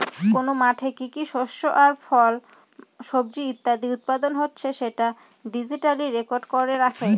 কোন মাঠে কি কি শস্য আর ফল, সবজি ইত্যাদি উৎপাদন হচ্ছে সেটা ডিজিটালি রেকর্ড করে রাখে